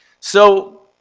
so